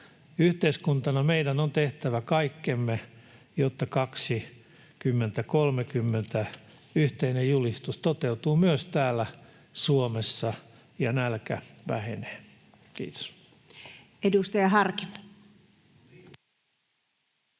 Yhteiskuntana meidän on tehtävä kaikkemme, jotta 2030:n yhteinen julistus toteutuu myös täällä Suomessa ja nälkä vähenee. — Kiitos. [Speech 21]